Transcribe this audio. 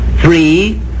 Three